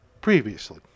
Previously